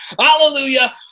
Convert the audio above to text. Hallelujah